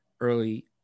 early